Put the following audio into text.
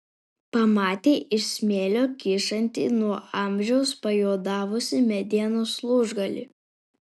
pamatė iš smėlio kyšantį nuo amžiaus pajuodavusį medienos lūžgalį